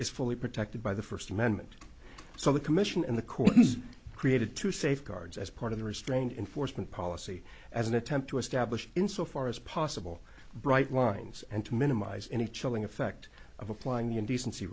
is fully protected by the first amendment so the commission and the court created two safeguards as part of the restraint in foresman policy as an attempt to establish insofar as possible bright lines and to minimize any chilling effect of applying the indecency